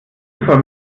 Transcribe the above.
soll